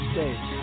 States